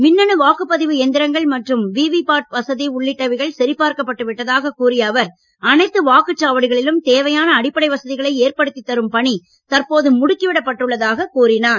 மின்னணு வாக்குப்பதிவு எந்திரங்கள் மற்றும் விவிபாட் வசதி உள்ளிட்டவைகள் சரிபார்க்கப்பட்டு விட்டதாக கூறிய அவர் அனைத்து வாக்குச் சாவடிகளிலும் தேவையான அடிப்படை வசதிகளை ஏற்படுத்தி தரும் பணி தற்போது முடிக்கிவிடப்பட்டுள்ளதாக கூறினார்